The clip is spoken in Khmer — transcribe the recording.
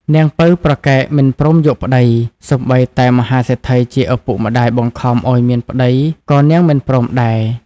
នាងពៅប្រកែកមិនព្រមយកប្ដី សូម្បីតែមហាសេដ្ឋីជាឪពុកម្ដាយបង្ខំឲ្យមានប្ដីក៏នាងមិនព្រមដែរ ។